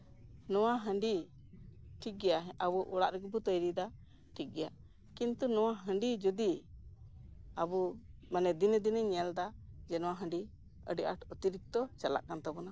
ᱱᱚᱣᱟ ᱦᱟᱹᱰᱤ ᱴᱷᱤᱠ ᱜᱮᱭᱟ ᱟᱵᱚ ᱚᱲᱟᱜ ᱨᱮᱜᱮ ᱵᱚ ᱛᱳᱭᱨᱤ ᱫᱟ ᱴᱷᱤᱠ ᱜᱮᱭᱟ ᱠᱤᱱᱛᱩ ᱱᱚᱣᱟ ᱦᱟᱺᱰᱤ ᱡᱚᱫᱤ ᱟᱵᱚ ᱫᱤᱱᱮ ᱫᱤᱱᱮᱧ ᱧᱮᱞᱼᱟ ᱟᱵᱚ ᱫᱤᱱᱮ ᱫᱤᱱᱮ ᱧᱮᱞ ᱫᱟ ᱱᱚᱣᱟ ᱦᱟᱺᱰᱤ ᱟᱹᱰᱤ ᱟᱸᱴ ᱚᱛᱤᱨᱤᱠᱛᱚ ᱪᱟᱞᱟᱜ ᱠᱟᱱ ᱛᱟᱵᱳᱱᱟ